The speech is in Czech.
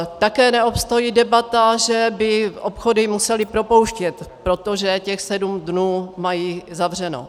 Také neobstojí debata, že by obchody musely propouštět, protože těch sedm dnů mají zavřeno.